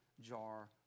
jar